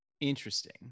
Interesting